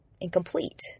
incomplete